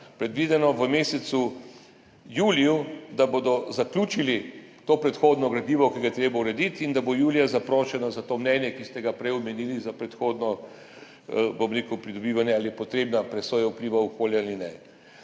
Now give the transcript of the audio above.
predvideno v mesecu juliju, da bodo zaključili to predhodno gradivo, ki ga je treba urediti, da bo julija zaprošeno za to mnenje, ki ste ga prej omenili, za predhodno pridobivanje, ali je potrebna presoja vplivov okolja ali ne.